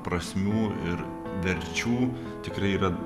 prasmių ir verčių tikrai yra